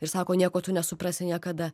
ir sako nieko tu nesuprasi niekada